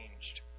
changed